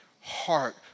heart